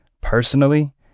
Personally